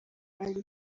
ali